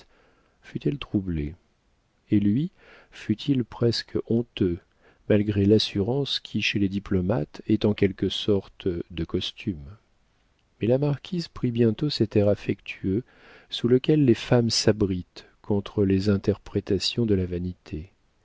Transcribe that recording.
fut-elle troublée et lui fut-il presque honteux malgré l'assurance qui chez les diplomates est en quelque sorte de costume mais la marquise prit bientôt cet air affectueux sous lequel les femmes s'abritent contre les interprétations de la vanité